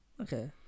Okay